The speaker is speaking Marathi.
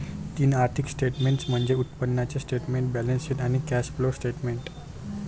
तीन आर्थिक स्टेटमेंट्स म्हणजे उत्पन्नाचे स्टेटमेंट, बॅलन्सशीट आणि कॅश फ्लो स्टेटमेंट